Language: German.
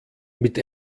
mit